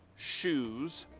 shoes,